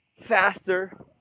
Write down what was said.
faster